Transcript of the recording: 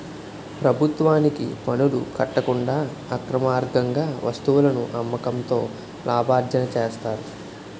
ప్రభుత్వానికి పనులు కట్టకుండా అక్రమార్గంగా వస్తువులను అమ్మకంతో లాభార్జన చేస్తారు